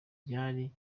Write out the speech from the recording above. yari